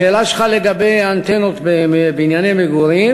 השאלה שלך לגבי האנטנות בבנייני מגורים